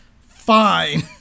fine